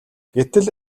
гэтэл